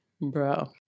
Bro